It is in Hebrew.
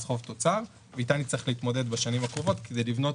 חוב-תוצר ואיתה נצטרך להתמודד בשנים הקרובות כדי לבנות